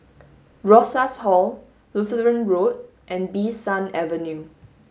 Rosas Hall Lutheran Road and Bee San Avenue